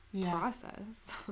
process